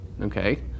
Okay